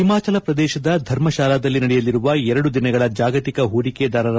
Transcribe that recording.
ಹಿಮಾಚಲ ಪ್ರದೇಶದ ಧರ್ಮಶಾಲಾದಲ್ಲಿ ನಡೆಯಲಿರುವ ಎರಡು ದಿನಗಳ ಜಾಗತಿಕ ಹೂಡಿಕೆದಾರರ